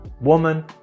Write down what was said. woman